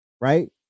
right